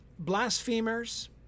Blasphemers